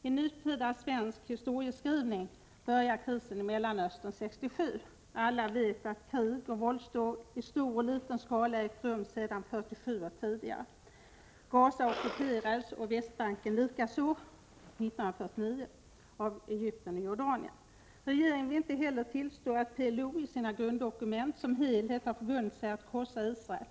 I nutida svensk historieskrivning börjar krisen i Mellanöstern 1967. Alla vet att krig och våldsdåd i stor och liten skala har ägt rum sedan 1947 och även tidigare. Gaza ockuperades liksom Västbanken 1949 av Egypten och Jordanien. Regeringen vill inte heller tillstå att PLO i sina grunddokument som helhet har förbundit sig att krossa Israel.